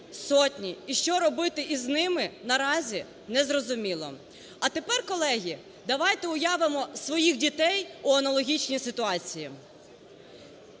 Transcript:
і що робити із ними наразі не зрозуміло. А тепер, колеги, давайте уявимо своїх дітей в аналогічній ситуації.